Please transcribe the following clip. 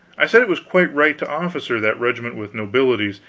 i said it was quite right to officer that regiment with nobilities,